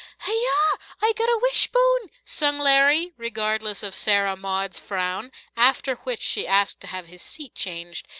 hi yah! i got a wish-bone! sung larry, regardless of sarah maud's frown after which she asked to have his seat changed,